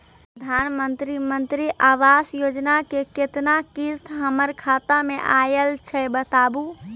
प्रधानमंत्री मंत्री आवास योजना के केतना किस्त हमर खाता मे आयल छै बताबू?